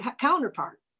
counterpart